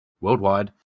worldwide